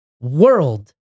world